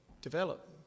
develop